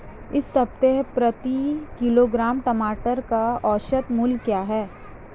इस सप्ताह प्रति किलोग्राम टमाटर का औसत मूल्य क्या है?